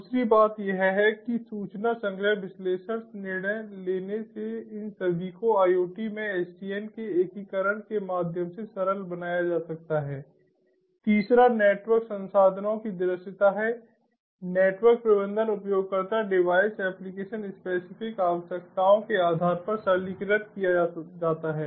दूसरी बात यह है कि सूचना संग्रह विश्लेषण निर्णय लेने से इन सभी को IoT में SDN के एकीकरण के माध्यम से सरल बनाया जा सकता है तीसरा नेटवर्क संसाधनों की दृश्यता है नेटवर्क प्रबंधन उपयोगकर्ता डिवाइस एप्लीकेशन स्पेसिफिक आवश्यकताओं के आधार पर सरलीकृत किया जाता है